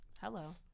Hello